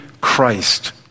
Christ